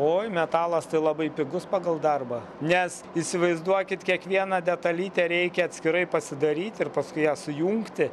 oi metalas tai labai pigus pagal darbą nes įsivaizduokit kiekvieną detalytę reikia atskirai pasidaryti ir paskui ją sujungti